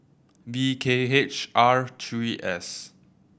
V K H R three S